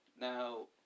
Now